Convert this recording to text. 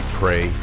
pray